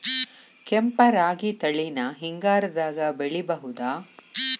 ಕೆಂಪ ರಾಗಿ ತಳಿನ ಹಿಂಗಾರದಾಗ ಬೆಳಿಬಹುದ?